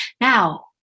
now